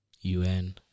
UN